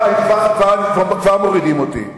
כבר מורידים אותי.